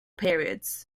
periods